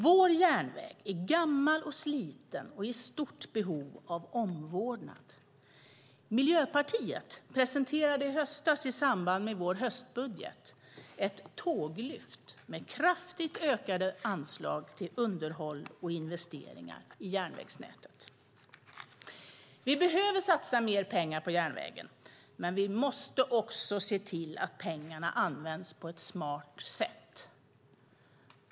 Vår järnväg är gammal och sliten och i stort behov av omvårdnad. Miljöpartiet presenterade i höstas i samband med vår höstbudget ett tåglyft med kraftigt ökade anslag till underhåll och investeringar i järnvägsnätet. Vi behöver satsa mer pengar på järnvägen, men vi måste också se till att pengarna används på ett smart sätt.